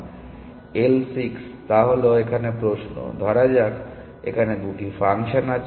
L 6 তা হল এখানে প্রশ্ন ধরা যাক এখানে 2টি ফাংশন আছে